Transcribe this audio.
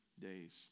days